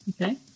Okay